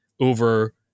over